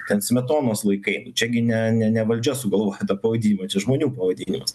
ten smetonos laikai čia gi ne ne ne valdžios sugalvojo tą pavadinimą čia žmonių pavadinimas